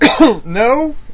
no